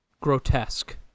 Grotesque